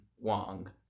Wong